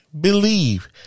believe